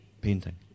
painting